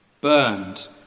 burned